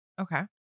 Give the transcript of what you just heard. Okay